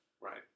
right